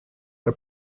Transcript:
der